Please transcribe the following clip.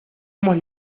hemos